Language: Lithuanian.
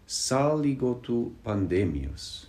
sąlygotų pandemijos